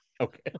Okay